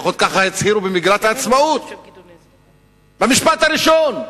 לפחות ככה הצהירו במגילת העצמאות במשפט הראשון.